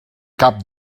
cap